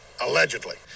Allegedly